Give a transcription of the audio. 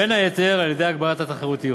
בין היתר, על-ידי הגבלת התחרותיות.